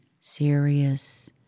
serious